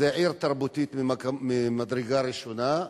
שזו עיר תרבותית ממדרגה ראשונה,